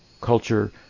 culture